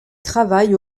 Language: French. travaille